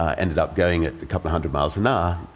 ah ended up going at a couple of hundred miles and